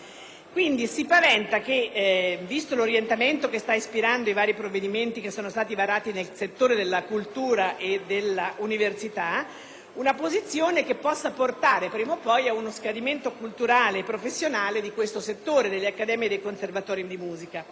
legge. Si paventa, quindi, visto l'orientamento che sta ispirando i vari provvedimenti varati nel settore della cultura e dell'università, una posizione che possa portare, prima o poi, ad uno scadimento culturale e professionale del settore delle accademie e dei conservatori di musica